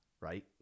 right